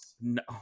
no